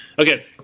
Okay